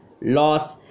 loss